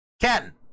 Ken